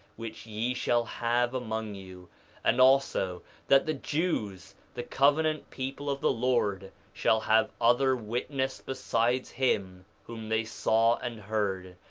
which ye shall have among you and also that the jews, the covenant people of the lord, shall have other witness besides him whom they saw and heard,